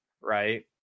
right